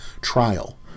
trial